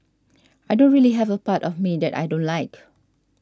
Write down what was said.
I don't really have a part of me that I don't like